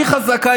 הכי חזקה,